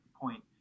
point